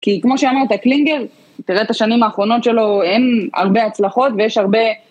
כי כמו שאמרת, קלינגר, תראה את השנים האחרונות שלו, אין הרבה הצלחות ויש הרבה...